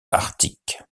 arctique